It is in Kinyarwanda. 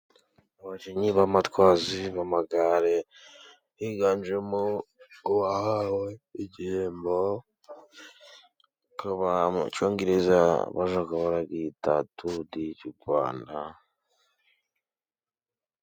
Abakinnyi b'abatwazi b'amagare higanjemo uwahawe igihembo. Bakaba mu cyongereza bayita turu di Rwanda.